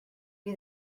you